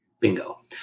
Bingo